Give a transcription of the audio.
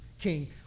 king